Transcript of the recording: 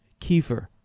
kefir